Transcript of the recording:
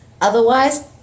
Otherwise